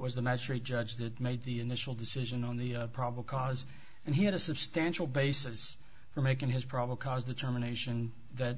was the magistrate judge that made the initial decision on the probable cause and he had a substantial basis for making his probable cause determination that